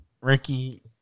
Ricky